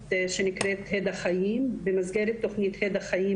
שנקראת "הד החיים" במסגרת תכנית הד החיים,